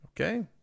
Okay